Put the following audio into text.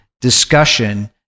discussion